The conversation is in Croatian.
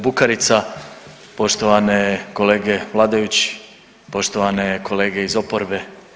Bukarica, poštovane kolege vladajući, poštovane kolege iz oporbe.